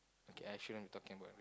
okay I shouldn't be talking about this